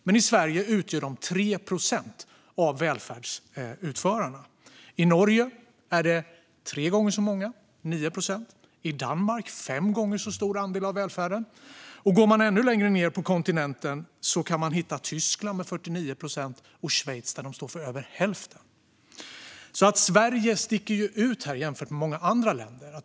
Men i Sverige utgör de 3 procent av välfärdsutförarna. I Norge är andelen tre gånger så stor, 9 procent. I Danmark har de fem gånger så stor andel av välfärden. Går man ännu längre ned på kontinenten kan man hitta Tyskland, med 49 procent, och Schweiz, där de står för över hälften. Sverige sticker alltså ut här jämfört med många andra länder.